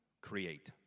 create